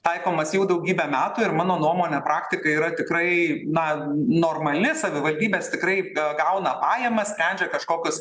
taikomas jau daugybę metų ir mano nuomone praktika yra tikrai na normali savivaldybės tikrai gauna pajamas sprendžia kažkokius